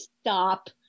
stop